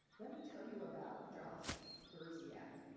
lemme tell you about josh gershlak.